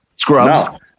Scrubs